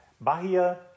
Bahia